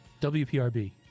wprb